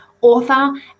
author